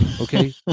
Okay